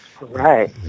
Right